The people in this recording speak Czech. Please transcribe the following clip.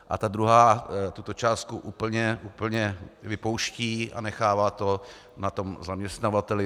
A ta druhá tuto částku úplně vypouští a nechává to na zaměstnavateli.